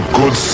good